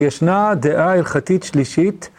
ישנה דעה הלכתית שלישית.